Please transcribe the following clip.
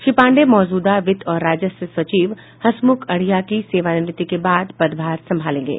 श्री पाण्डेय मौजूदा वित्त और राजस्व सचिव हंसमुख अढ़िया की सेवा निवृत्ति के बाद पदभार संभालेंगे